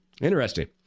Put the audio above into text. Interesting